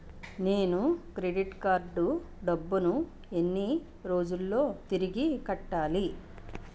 నేను credit card డబ్బును ఎన్ని రోజుల్లో తిరిగి కట్టాలి?